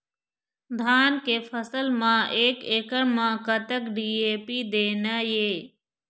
धान के फसल म एक एकड़ म कतक डी.ए.पी देना ये?